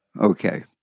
Okay